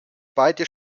beide